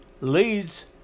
leads